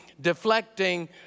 deflecting